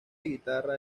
guitarra